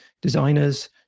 designers